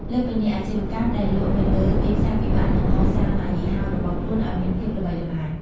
លើសពីនេះ អាជីវកម្មដែលលក់នៅលើ ទីផ្សារ ពិបាកនឹងកសាងម៉ាកយីហោរបស់ខ្លួនឱ្យមានភាពល្បីល្បាញ។